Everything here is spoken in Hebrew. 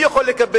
מי יכול לקבל,